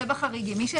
זה בחריגים.